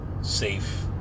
safe